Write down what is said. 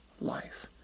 life